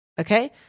Okay